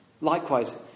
Likewise